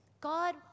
God